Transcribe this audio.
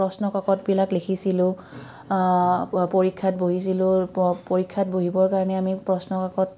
প্ৰশ্নকাকতবিলাক লিখিছিলোঁ পৰীক্ষাত বহিছিলোঁ পৰীক্ষাত বহিবৰ কাৰণে আমি প্ৰশ্নকাকত